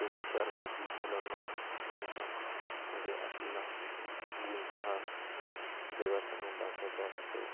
त्याची कारणे की मुलांना त्यांच्यामध्ये असलेला गुण हा जगासमोर दाखवायचा असतो